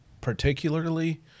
particularly